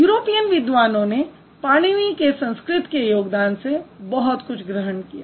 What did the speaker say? European विद्वानों ने पाणिनी के संस्कृत के योगदान से बहुत कुछ ग्रहण किया